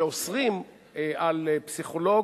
שאוסרים על פסיכולוג,